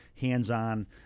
hands-on